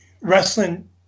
Wrestling